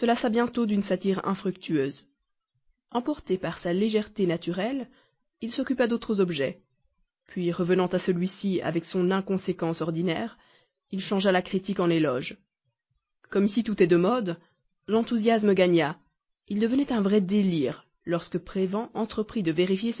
bientôt d'une satire infructueuse emporté par sa légèreté naturelle il s'occupa d'autres objets puis revenant à celui-ci avec son inconséquence ordinaire il changea la critique en éloge comme ici tout est de mode l'enthousiasme gagna il devenait un vrai délire lorsque prévan entreprit de vérifier